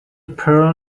pearl